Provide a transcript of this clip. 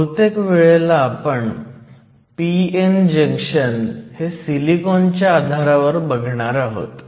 बहुतेक वेळेला आपण p n जंक्शन हे सिलिकॉनच्या आधारावर बघणार आहोत